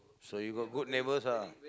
so you got good neighbours ah